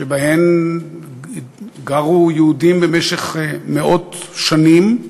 שבהן גרו יהודים במשך מאות שנים,